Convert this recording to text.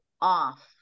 off